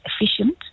efficient